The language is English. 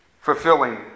Fulfilling